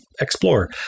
explore